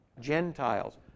Gentiles